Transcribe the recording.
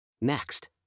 Next